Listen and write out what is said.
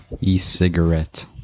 e-cigarette